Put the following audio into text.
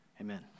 Amen